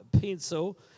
pencil